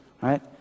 right